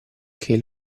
che